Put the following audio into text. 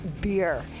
beer